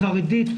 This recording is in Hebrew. החרדית,